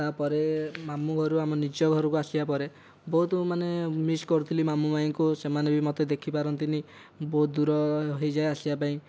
ତାପରେ ମାମୁଁ ଘରୁ ଆମ ନିଜ ଘରକୁ ଆସିବା ପରେ ବହୁତ ମାନେ ମିସ କରୁଥିଲି ମାମୁଁ ମାଇଁଙ୍କୁ ସେମାନେ ବି ମୋତେ ଦେଖିପାରନ୍ତିନି ବହୁତ ଦୂର ହୋଇଯାଏ ଆସିବା ପାଇଁ